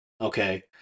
okay